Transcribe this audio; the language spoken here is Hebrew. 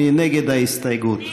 מי נגד ההסתייגות?